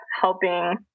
helping